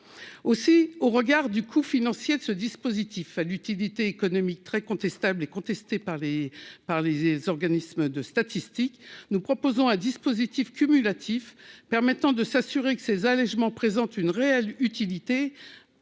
aussi au regard du coût financier de ce dispositif à l'utilité économique très contestable et contestées par les par les organismes de statistiques, nous proposons un dispositif cumulatif permettant de s'assurer que ces allégements présente une réelle utilité